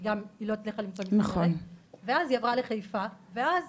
היא לא הצליחה למצוא מסגרת ואז היא עברה לחיפה ואז